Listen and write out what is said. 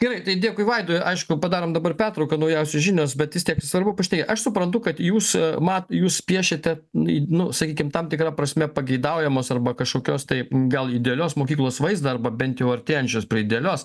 gerai tai dėkui vaidui aišku padarom dabar pertrauką naujausios žinios bet vis tiek svarbu tai aš suprantu kad jūs man jūs piešiate nu nu sakykim tam tikra prasme pageidaujamos arba kažkokios tai gal idealios mokyklos vaizdą arba bent jau artėjančius prie idealios